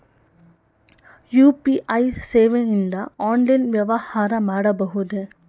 UPI ಸೇವೆಯಿಂದ online ವ್ಯವಹಾರ ಮಾಡಬಹುದೇ?